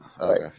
okay